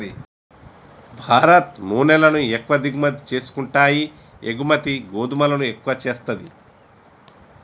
భారత్ నూనెలను ఎక్కువ దిగుమతి చేసుకుంటాయి ఎగుమతి గోధుమలను ఎక్కువ చేస్తది